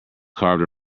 carved